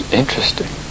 interesting